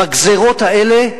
בגזירות האלה,